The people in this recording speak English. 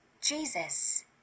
Jesus